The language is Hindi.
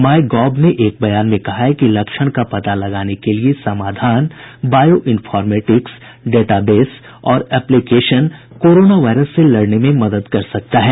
माय गॉव ने एक बयान में कहा है कि लक्षण का पता लगाने के लिए समाधान बायो इन्फोर्मेटिक्स डेटाबेस और एप्लीकेशन कोरोना वायरस से लड़ने में मदद कर सकता है